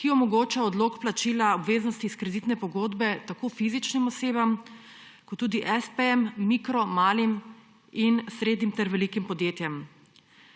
ki omogoča odlog plačila obveznosti iz kreditne pogodbe tako fizičnim osebam kot tudi espejem, mikro, malim in srednjim ter velikim podjetjem.